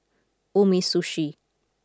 Umisushi